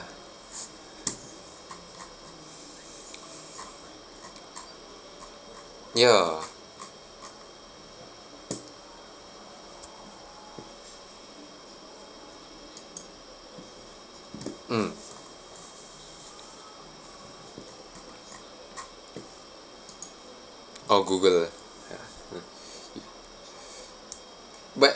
ya mm all google ah but